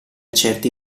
certi